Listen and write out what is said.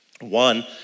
One